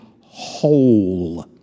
whole